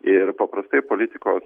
ir paprastai politikos